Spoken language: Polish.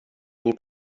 nie